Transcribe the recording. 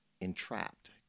entrapped